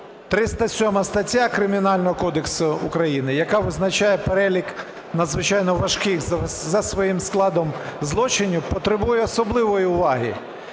307 стаття Кримінального кодексу України, яка визначає перелік надзвичайно важких за своїм складом злочинів, потребує особливої уваги.